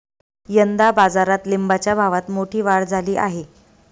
यंदा बाजारात लिंबाच्या भावात मोठी वाढ झाली आहे